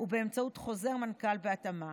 ובאמצעות חוזר מנכ"ל, בהתאמה.